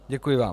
Děkuji vám.